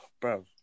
bro